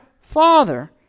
Father